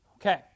Okay